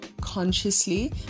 consciously